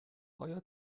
آیا